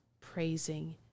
praising